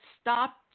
stopped